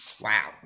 Wow